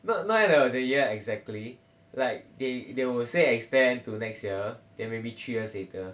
not not end of the year exactly like they they will say extend to next year then may be three years later